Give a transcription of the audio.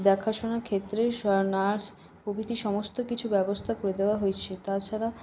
দেখাশুনোর ক্ষেত্রে নার্স প্রভৃতি সমস্ত কিছু ব্যবস্থা করে দেওয়া হয়েছে তাছাড়া